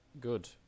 good